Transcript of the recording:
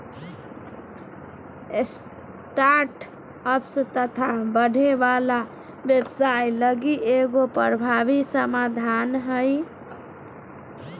startups तथा बढ़े वाला व्यवसाय लगी एगो प्रभावी समाधान हइ